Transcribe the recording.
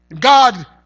God